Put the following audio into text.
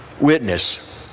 witness